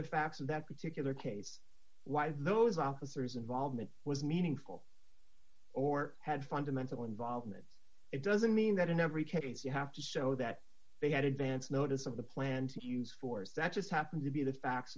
the facts of that particular case why those officers involvement was meaningful or had fundamental involvement it doesn't mean that in every case you have to show that they had advance notice of the planned use force that just happened to be the facts